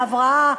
בהבראה.